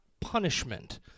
punishment